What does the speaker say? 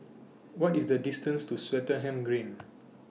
What IS The distances to Swettenham Green